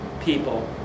people